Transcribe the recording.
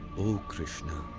krishna,